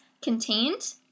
contained